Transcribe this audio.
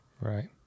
Right